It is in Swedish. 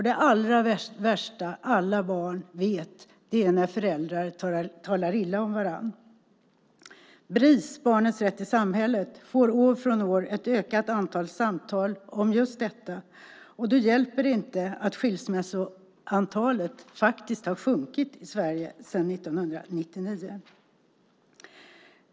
Det allra värsta alla barn vet är när föräldrar talar illa om varandra. Bris, Barnens rätt i samhället, får år från år ett ökat antal samtal om just detta. Då hjälper det inte att skilsmässoantalet faktiskt har sjunkit i Sverige sedan 1999.